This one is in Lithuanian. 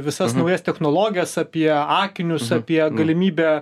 visas naujas technologijas apie akinius apie galimybę